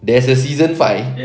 there's a season five